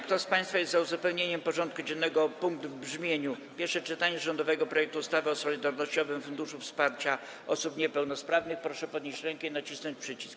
Kto z państwa jest za uzupełnieniem porządku dziennego o punkt w brzmieniu: Pierwsze czytanie rządowego projektu ustawy o Solidarnościowym Funduszu Wsparcia Osób Niepełnosprawnych, proszę podnieść rękę i nacisnąć przycisk.